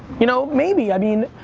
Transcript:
you know? maybe, i mean,